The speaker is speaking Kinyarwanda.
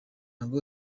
ngo